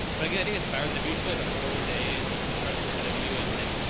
but again, i think it's better than if you still have the whole day is ah stretched ahead of you. and like,